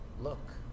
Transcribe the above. look